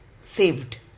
saved